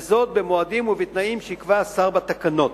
וזאת בתנאים ובמועדים שיקבע השר בתקנות.